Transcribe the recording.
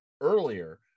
earlier